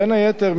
בין היתר,